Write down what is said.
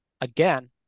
again